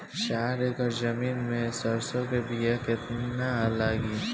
चार एकड़ जमीन में सरसों के बीया कितना लागी?